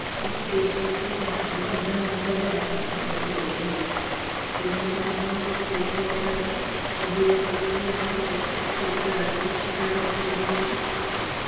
इक फेशल गै होंदा ऐ मतलब पंदरां दिन दा गैप पांदे न लोग फेशल बिच्च कि मतलब जियां हून इक फेशल कराया ते दूआ फेशल बी अहें अगर हफ्ते च कराचै ते साढ़ी स्किन गी